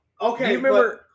Okay